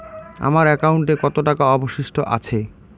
আমার একাউন্টে কত টাকা অবশিষ্ট আছে?